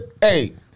Hey